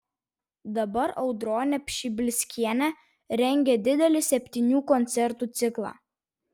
dabar audronė pšibilskienė rengia didelį septynių koncertų ciklą